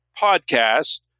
podcast